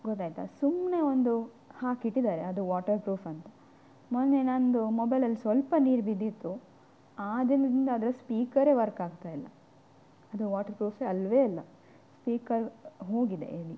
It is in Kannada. ಗೊತ್ತಾಯಿತಾ ಸುಮ್ಮನೆ ಒಂದು ಹಾಕಿಟ್ಟಿದ್ದಾರೆ ಅದು ವಾಟರ್ಪ್ರೂಫ್ ಅಂತ ಮೊನ್ನೆ ನನ್ನದು ಮೊಬೈಲಲ್ಲಿ ಸ್ವಲ್ಪ ನೀರು ಬಿದ್ದಿತ್ತು ಆ ದಿನದಿಂದ ಅದರ ಸ್ಪೀಕರೇ ವರ್ಕ್ ಆಗುತ್ತಾ ಇಲ್ಲ ಅದು ವಾಟರ್ಪ್ರೂಫೆ ಅಲ್ಲವೇ ಇಲ್ಲ ಸ್ಪೀಕರ್ ಹೋಗಿದೆ ಹೇಳಿ